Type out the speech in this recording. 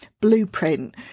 blueprint